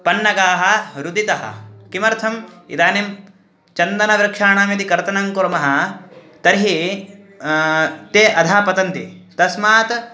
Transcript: पन्नगाः रुदितः किमर्थम् इदानीं चन्दनवृक्षाणां यदि कर्तनं कुर्मः तर्हि ते अधः पतन्ति तस्मात्